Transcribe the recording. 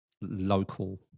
local